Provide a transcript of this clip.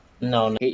No